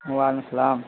و علیکم السلام